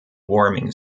warming